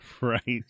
Right